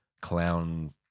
clown